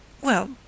Well